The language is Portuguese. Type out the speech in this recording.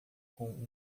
com